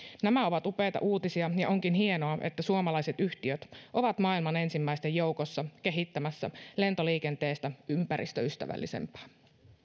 nämä ovat upeita uutisia ja onkin hienoa että suomalaiset yhtiöt ovat maailman ensimmäisten joukossa kehittämässä lentoliikenteestä ympäristöystävällisempää